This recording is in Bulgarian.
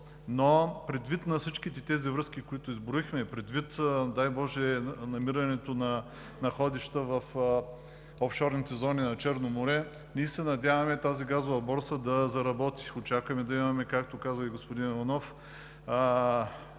Но предвид всичките връзки, които изброихме, предвид, дай боже, намирането на находища в офшорните зони на Черно море, ние се надяваме тази газова борса да заработи. Очакваме да имаме, както каза и господин Иванов,